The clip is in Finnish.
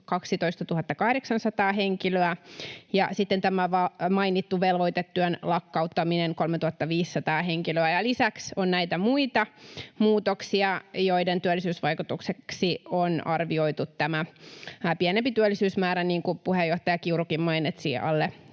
12 800 henkilöä, ja sitten tämä mainittu velvoitetyön lakkauttaminen, 3 500 henkilöä, ja lisäksi on näitä muita muutoksia, joiden työllisyysvaikutukseksi on arvioitu pienempi työllisyysmäärä, niin kuin puheenjohtaja Kiurukin mainitsi, alle